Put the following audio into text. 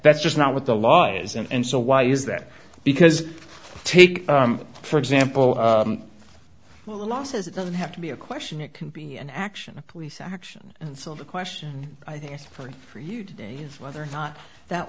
that's just not what the law is and so why is that because take for example well the law says it doesn't have to be a question it can be an action a police action and so the question i think for for you today is whether or not that